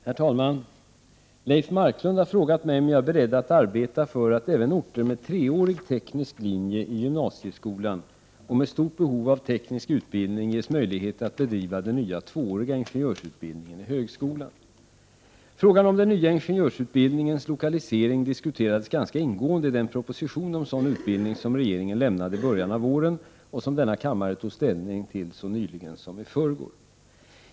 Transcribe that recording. Herr talman! Leif Marklund har frågat mig om jag är beredd att arbeta för att även orter med treårig teknisk linje i gymnasieskolan och med stort behov av teknisk utbildning ges möjlighet att bedriva den nya tvååriga ingenjörsutbildningen i högskolan. Frågan om den nya ingenjörsutbildningens lokalisering diskuterades ganska ingående i den proposition om sådan utbildning som regeringen lämnade i början av våren, och som denna kammare tog ställning till så nyligen som i förrgår.